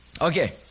Okay